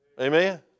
Amen